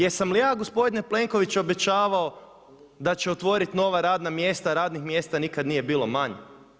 Jesam li ja gospodine Plenković obećavao da ću otvoriti nova radna mjesta, a radnih mjesta nikad nije bilo manje?